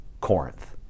Corinth